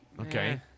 Okay